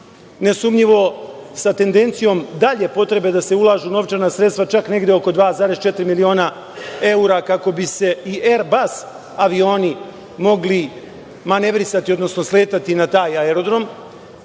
nesumnjivo sa tendencijom dalje potrebe da se ulažu novčana sredstva čak negde oko 2,4 miliona evra, kako bi se i Erbas avioni mogli manevrisati, odnosno sletati na taj aerodrom.